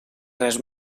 res